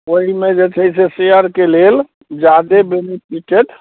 ओइमे जे छै से शेयरके लेल जादे बेनीफिटेड